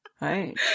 Right